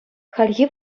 хальхи